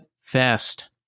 fast